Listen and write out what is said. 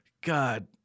God